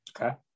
okay